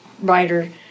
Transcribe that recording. writer